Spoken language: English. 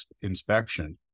inspection